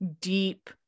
deep